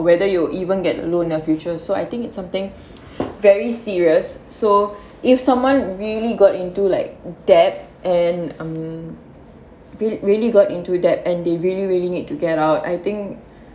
whether you even get a loan in the future so I think it's something very serious so if someone really got into like debt and um really got into debt and they really really need to get out I think